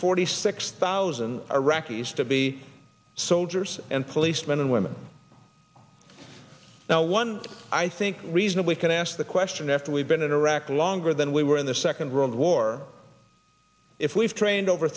forty six thousand iraqis to be soldiers and police men and women now one i think reasonably can ask the question after we've been in iraq longer than we were in the second world war if we've trained over